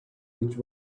which